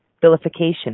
vilification